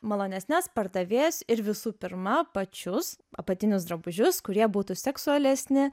malonesnes pardavėjas ir visų pirma pačius apatinius drabužius kurie būtų seksualesni